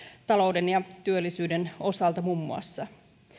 talouden ja työllisyyden osalta muun muassa